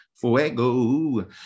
Fuego